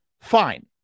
fine